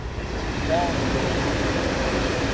as his quality of a free agent.